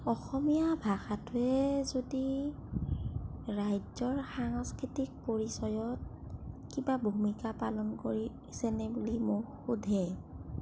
অসমীয়া ভাষাটোৱে যদি ৰাজ্য়ৰ সাংস্কৃতিক পৰিচয়ত কিবা ভূমিকা পালন কৰিছেনে বুলি মোক সুধে